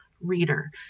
reader